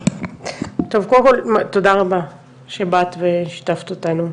טוב, קודם כל, תודה רבה שבאת ושיתפת אותנו,